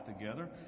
together